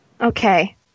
okay